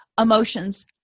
emotions